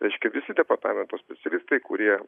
reiškia visi departamento specialistai kurie